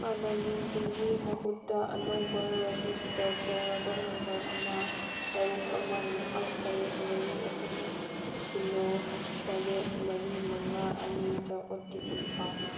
ꯍꯥꯟꯅꯒꯤꯗꯨꯒꯤ ꯃꯍꯨꯠꯇ ꯑꯅꯧꯕ ꯔꯦꯖꯤꯁꯇꯔ ꯇꯧꯔꯕ ꯅꯝꯕꯔ ꯑꯃ ꯇꯔꯨꯛ ꯑꯃ ꯅꯤꯄꯥꯟ ꯇꯔꯦꯠ ꯃꯔꯤ ꯑꯍꯨꯝ ꯁꯤꯅꯣ ꯇꯔꯦꯠ ꯃꯔꯤ ꯃꯉꯥ ꯑꯅꯤꯗ ꯑꯣ ꯇꯤ ꯄꯤ ꯊꯥꯎ